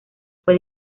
fue